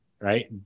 right